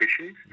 issues